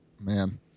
man